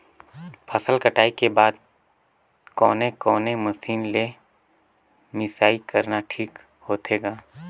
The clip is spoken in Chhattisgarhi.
फसल कटाई के बाद कोने कोने मशीन ले मिसाई करना ठीक होथे ग?